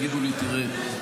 יגידו לי: תראה,